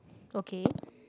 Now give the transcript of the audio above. ok